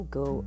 go